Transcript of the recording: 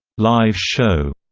live show,